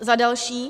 Za další.